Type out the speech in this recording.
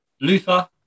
Luther